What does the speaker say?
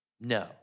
No